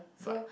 but